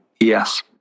Yes